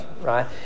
right